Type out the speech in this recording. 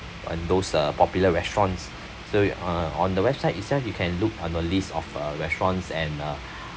and those uh popular restaurants so you uh on the website itself you can look at the list of uh restaurants and uh